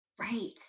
Right